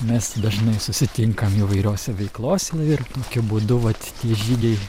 mes dažnai susitinkam įvairiose veiklose ir tokiu būdu vat tie žygiai